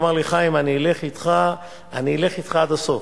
והוא אמר לי: חיים, אני אלך אתך עד הסוף.